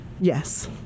yes